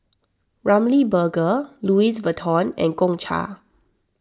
Ramly Burger Louis Vuitton and Gongcha